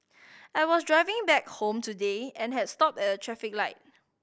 I was driving back home today and had stopped at a traffic light